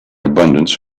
abundance